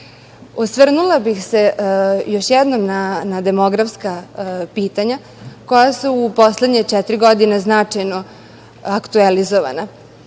Srbije. Osvrnula bih se još jednom na demografska pitanja koja su u poslednje četiri godine značajno aktuelizovana.